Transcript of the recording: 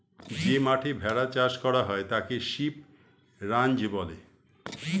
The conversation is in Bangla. যে মাঠে ভেড়া চাষ করা হয় তাকে শিপ রাঞ্চ বলে